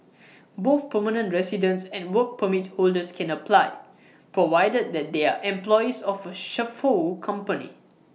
both permanent residents and Work Permit holders can apply provided that they are employees of A chauffeur company